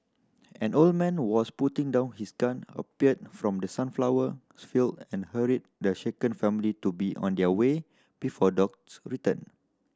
an old man who was putting down his gun appeared from the sunflower's field and hurried the shaken family to be on their way before dogs return